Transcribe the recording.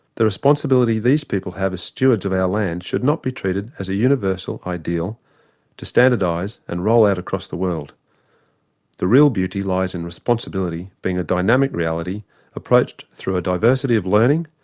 the responsibility these people have as stewards of our land should not be treated as a universal ideal to standardise and roll out across the world the real beauty lies in responsibility being a dynamic reality approached through a diversity of learning,